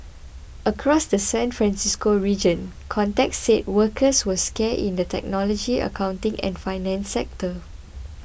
across the San Francisco region contacts said workers were scarce in the technology accounting and finance sectors